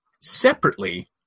separately